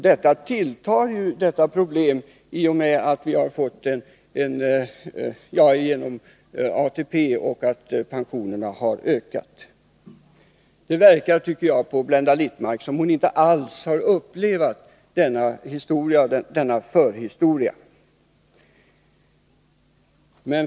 Detta problem tilltar ju i och med att ATP och pensionerna har ökat. Det verkar som om Blenda Littmarck inte varit med om förhistorien.